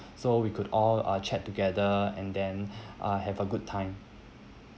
so we could all uh chat together and then uh have a good time